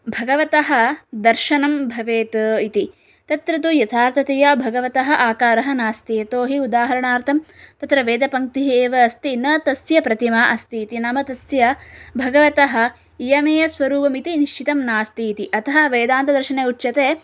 भगवतः दर्शनं भवेत् इति तत्र तु यथार्थतया भगवतः आकारः नास्ति यतोहि उदाहरणार्थं तत्र वेदपङ्क्तिः एव अस्ति न तस्य प्रतिमा अस्ति इति नाम तस्य भगवतः इयमेय स्वरूपम् इति निश्चितम् नास्ति इति अतः वेदान्तदर्शने उच्यते